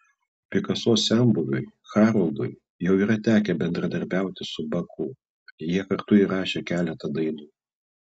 pikaso senbuviui haroldui jau yra tekę bendradarbiauti su baku jie kartu įrašė keletą dainų